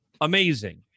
Amazing